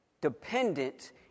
dependent